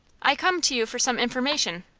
i came to you for some information.